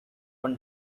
one